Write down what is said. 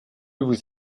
vous